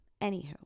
anywho